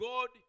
God